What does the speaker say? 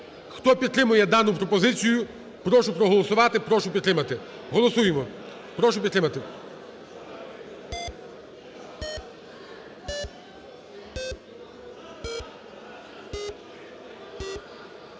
Хто підтримує дану пропозицію прошу проголосувати, прошу підтримати. Голосуємо. Прошу підтримати.